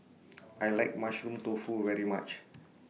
I like Mushroom Tofu very much